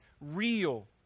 Real